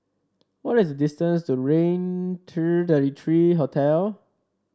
what is the distance to Raintr thirty three Hotel